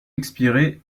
expirée